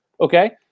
okay